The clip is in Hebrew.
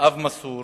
אב מסור